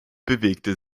bewegte